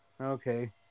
Okay